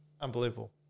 unbelievable